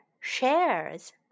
shares